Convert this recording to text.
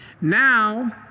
Now